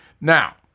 Now